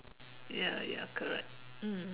ya ya correct mm